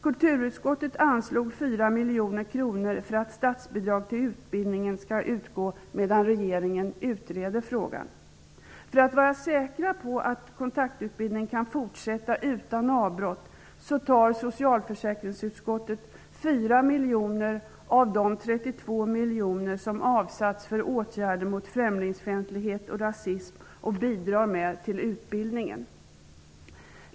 Kulturutskottet har anslagit 4 miljoner kronor för att statsbidrag till utbildningen skall utgå medan regeringen utreder frågan. För att vara säkra på att kontakttolkutbildningen kan fortsätta utan avbrott tar vi i socialförsäkringsutskottet 4 miljoner kronor av de 32 miljoner kronor som har avsatts för anslaget Åtgärder mot främlingsfientlighet och rasism och bidrar därmed till utbildningen.